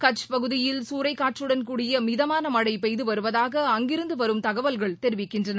கட்ச் பகுதியில் சு சூறைக்காற்றுடன் கூடிய மிதமான மழை பெய்து வருவதாக அங்கிருந்து வரும் தகவல்கள் தெரிவிக்கின்றன